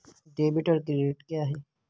Debit और credit क्या है?